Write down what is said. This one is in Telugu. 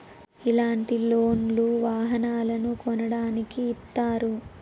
ఇలాంటి లోన్ లు వాహనాలను కొనడానికి ఇస్తారు